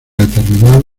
determinar